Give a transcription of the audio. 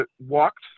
walked